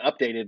updated